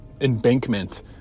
embankment